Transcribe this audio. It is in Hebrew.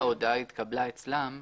שההודעה התקבלה אצלם.